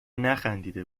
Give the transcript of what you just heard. نخندیده